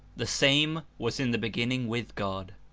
the same was in the beginning with god.